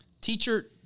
Teacher